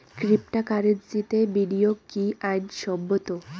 ক্রিপ্টোকারেন্সিতে বিনিয়োগ কি আইন সম্মত?